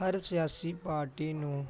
ਹਰ ਸਿਆਸੀ ਪਾਰਟੀ ਨੂੰ